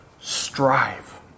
Strive